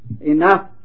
enough